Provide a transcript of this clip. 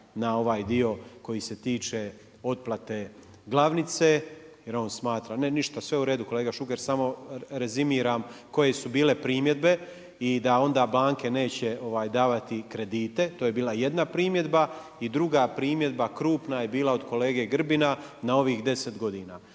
na ovaj dio koji se tiče otplate glavnice jer on smatra, ne ništa sve uredu kolega Šuker samo rezimiram koje su bile primjedbe i da onda banke neće davati kredite, to je bila jedna primjedba. I druga primjedba krupna je bila od kolege Grbina na ovih deset godina.